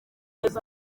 neza